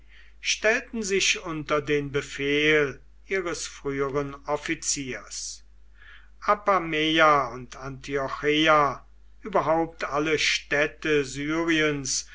stellten sich unter den befehl ihres früheren offiziers apameia und antiocheia überhaupt alle städte syriens